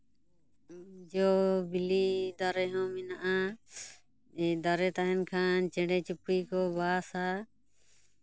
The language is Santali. ᱡᱚᱼᱵᱤᱞᱤ ᱫᱟᱨᱮ ᱦᱚᱸ ᱢᱮᱱᱟᱜᱼᱟ ᱫᱟᱨᱮ ᱛᱟᱦᱮᱱ ᱠᱷᱟᱱ ᱪᱮᱬᱮ ᱪᱩᱯᱲᱤ ᱠᱚ ᱵᱟᱥᱼᱟ